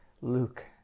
luke